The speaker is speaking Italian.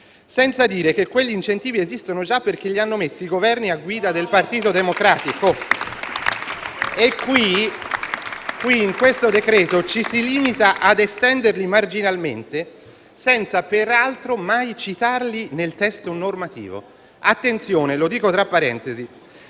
senza dire che quegli incentivi esistono già, perché li hanno messi i Governi a guida del Partito Democratico. *(Applausi dal Gruppo PD)*. E in questo decreto-legge ci si limita a estenderli marginalmente, senza peraltro mai citarli nel testo normativo. Attenzione, lo dico tra parentesi,